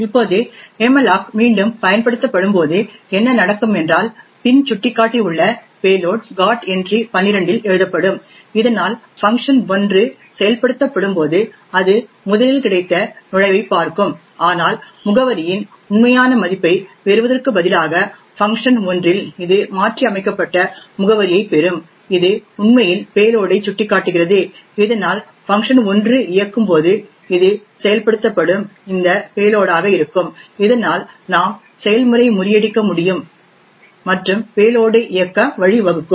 இப்போது மல்லோக் மீண்டும் பயன்படுத்தப்படும்போது என்ன நடக்கும் என்றால் பின் சுட்டிக்காட்டி உள்ள பேலோட் GOT entry 12 இல் எழுதப்படும் இதனால் fun1 செயல்படுத்தப்படும்போது அது முதலில் கிடைத்த நுழைவைப் பார்க்கும் ஆனால் முகவரியின் உண்மையான மதிப்பைப் பெறுவதற்கு பதிலாக fun1 இல் இது மாற்றியமைக்கப்பட்ட முகவரியைப் பெறும் இது உண்மையில் பேலோடை சுட்டிக்காட்டுகிறது இதனால் fun1 இயக்கும் போது இது செயல்படுத்தப்படும் இந்த பேலோடாக இருக்கும் இதனால் நாம் செயல்முறை முறியடிக்க முடியும் மற்றும் பேலோடை இயக்க வழிவகுக்கும்